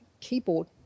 keyboard